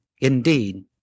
indeed